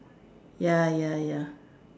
ya ya ya